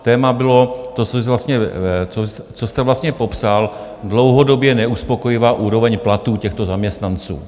Téma bylo to, co jste vlastně popsal, dlouhodobě neuspokojivá úroveň platů těchto zaměstnanců.